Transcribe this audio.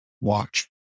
watch